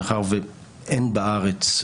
מאחר שאין בארץ,